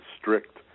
strict